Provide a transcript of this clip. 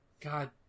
God